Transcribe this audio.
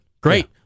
great